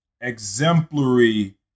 exemplary